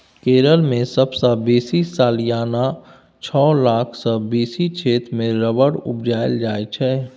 केरल मे सबसँ बेसी सलियाना छअ लाख सँ बेसी क्षेत्र मे रबर उपजाएल जाइ छै